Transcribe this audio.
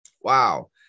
wow